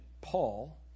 Paul